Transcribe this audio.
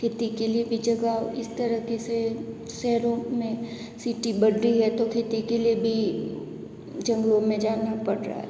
खेती के लिए भी जगह इस तरीके से शहरों में सिटी बढ़ रही है तो खेती के लिए भी जंगलों में जाना पड़ रहा है